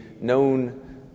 known